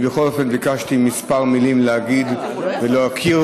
אני בכל אופן ביקשתי להגיד כמה מילים ולהוקיר